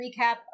recap